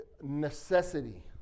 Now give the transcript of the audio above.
necessity